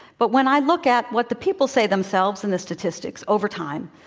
but when i look at what the people say themselves, and the statistics over time,